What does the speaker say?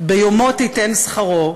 "ביומו תתן שכרו".